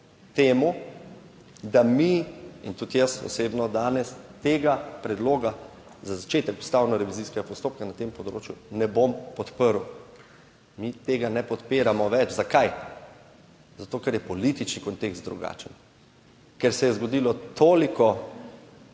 temu, da mi in tudi jaz osebno danes tega predloga za začetek ustavno revizijskega postopka na tem področju ne bom podprl. Mi tega ne podpiramo več. Zakaj? Zato ker je politični kontekst drugačen, ker se je zgodilo toliko